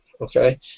okay